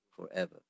forever